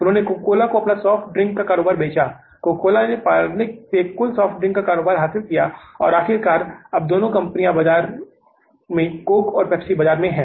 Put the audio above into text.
उन्होंने Coca Cola को अपना सॉफ्ट ड्रिंक का कारोबार बेच दिया कोका कोला ने पार्ले से कुल सॉफ्ट ड्रिंक का कारोबार हासिल किया और आखिरकार अब दोनों कंपनियां बाजार कोक और पेप्सी बाजार में हैं